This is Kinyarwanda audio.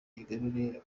ingabire